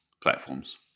platforms